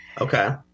Okay